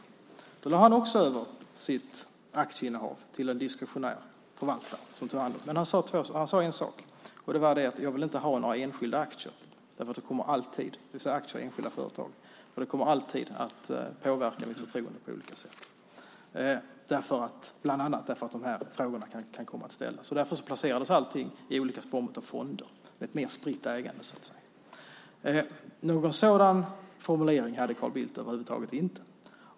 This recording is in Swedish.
Då lade han också över sitt aktieinnehav till en diskretionär förvaltare som tog hand om det. Han sade dock en sak, och det var att han inte ville ha några aktier i enskilda företag för att det alltid kommer att påverka förtroendet för honom på olika sätt, bland annat för att sådana här frågor kan komma att ställas. Därför placerades allting i olika former av fonder, i ett mer spritt ägande så att säga. Någon sådan formulering hade Carl Bildt över huvud taget inte.